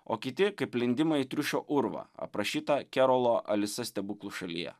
o kiti kaip lindimą į triušio urvą aprašytą kerolo alisa stebuklų šalyje